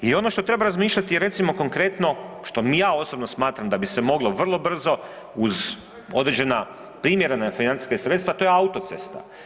I ono što treba razmišljati je recimo konkretno što ja osobno smatram da bi se moglo vrlo brzo uz određena primjerena financijska sredstva, to je autocesta.